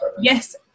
yes